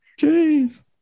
Jeez